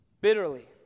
bitterly